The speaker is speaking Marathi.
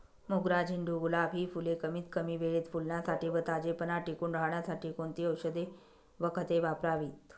मोगरा, झेंडू, गुलाब हि फूले कमीत कमी वेळेत फुलण्यासाठी व ताजेपणा टिकून राहण्यासाठी कोणती औषधे व खते वापरावीत?